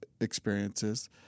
experiences